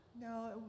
No